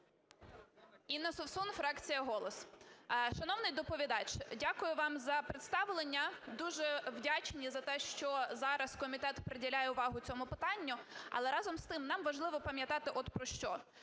Інна Совсун, фракція "Голос". Шановний доповідач, дякую вам за представлення. Дуже вдячні за те, що зараз комітет приділяє увагу цьому питанню. Але, разом з тим, нам важливо пам'ятати от про що: